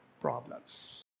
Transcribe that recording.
problems